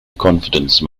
confidence